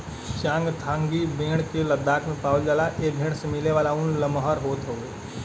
चांगथांगी भेड़ के लद्दाख में पावला जाला ए भेड़ से मिलेवाला ऊन लमहर होत हउवे